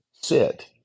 sit